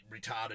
retarded